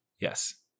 Yes